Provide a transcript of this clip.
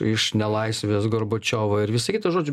iš nelaisvės gorbačiovo ir visa kita žodžiu